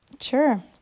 Sure